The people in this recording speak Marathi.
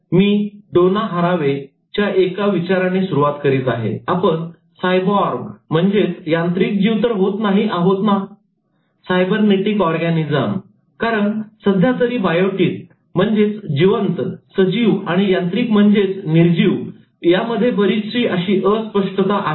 मी 'डोना हरावे' च्या एका विचाराने सुरुवात करीत आहे आपण 'सायबॉर्ग' यांत्रिक जीव तर होत नाही आहोत ना सायबरनेटिक ऑरगॅनिझम कारण सध्यातरी बायोटीक म्हणजेच जिवंत सजीव आणि यांत्रिक म्हणजेच निर्जीव यामध्ये बरीचशी अस्पष्टता आहे